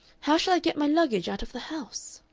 how shall i get my luggage out of the house.